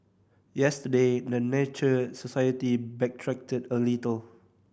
yesterday the Nature Society backtracked a little